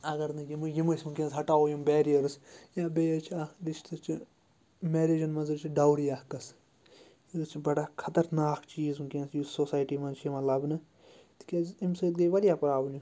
اگر نہٕ یِم یِم أسۍ وٕنۍکٮ۪نَس ہَٹاوو یِم بیریٲرٕز یا بیٚیہِ حظ چھِ اَکھ رِشتہٕ چھِ میریجَن منٛز حظ چھِ ڈاوری اَکھ قٕصہٕ یہِ حظ چھِ بَڑٕ اَکھ خَطرناک چیٖز وٕنۍکٮ۪نَس یُس سوسایٹی منٛز چھِ یِوان لَبنہٕ تِکیٛازِ اَمہِ سۭتۍ گٔے واریاہ پرٛابلِم